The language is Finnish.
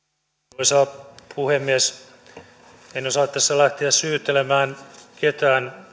arvoisa puhemies en osaa tässä lähteä syyttelemään ketään